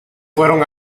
fueron